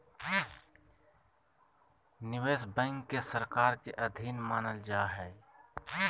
निवेश बैंक के सरकार के अधीन मानल जा हइ